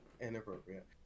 Inappropriate